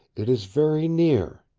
it is very near.